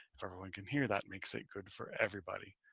if everyone can hear that makes it good for everybody.